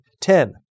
Ten